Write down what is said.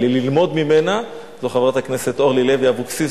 ממנה זו חברת הכנסת אורלי לוי אבקסיס,